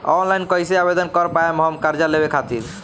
Online कइसे आवेदन कर पाएम हम कर्जा लेवे खातिर?